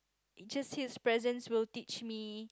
just his presence will teach me